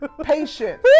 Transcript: patient